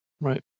right